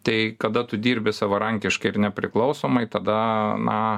tai kada tu dirbi savarankiškai ir nepriklausomai tada na